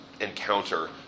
encounter